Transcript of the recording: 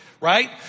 right